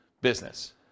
business